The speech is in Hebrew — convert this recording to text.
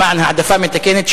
למען העדפה מתקנת,